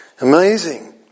Amazing